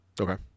Okay